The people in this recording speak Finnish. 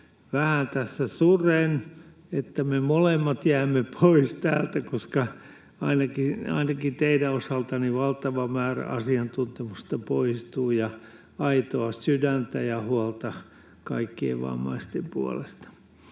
vähän tässä suren, että me molemmat jäämme pois täältä, koska ainakin teidän osaltanne poistuu valtava määrä asiantuntemusta ja aitoa sydäntä ja huolta kaikkien vammaisten puolesta.